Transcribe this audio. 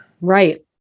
Right